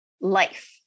life